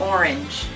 Orange